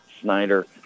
Snyder